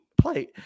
play